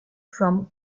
from